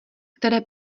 které